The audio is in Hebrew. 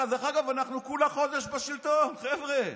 דרך אגב, אנחנו כולה חודש בשלטון, חבר'ה.